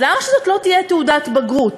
אז למה שזו לא תהיה תעודת בגרות?